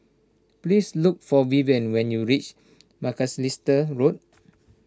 please look for Vivian when you reach Macalister Road